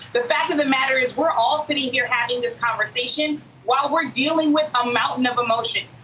the fact of the matter is we're all sitting here having this conversation while we're dealing with a mountain of emotions.